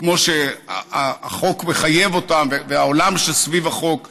כמו שהחוק מחייב אותם והעולם שסביב החוק נבנה.